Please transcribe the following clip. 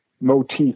motif